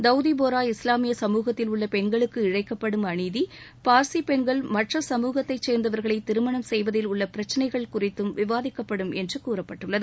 தவுதி போரா இஸ்லாமிய சமூகத்தில் உள்ள பெண்களுக்கு இழைக்கப்படும் அநீதி பார்ஸி பெண்கள் மற்ற சமூகத்தைச் சேர்ந்தவர்களை திருமணம் செய்வதில் உள்ள பிரச்சினைகள் குறித்து விவாதிக்கப்படும் என்று கூறப்பட்டுள்ளது